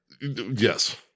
yes